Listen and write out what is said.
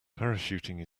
parachuting